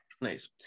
Nice